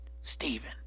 Stephen